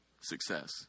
Success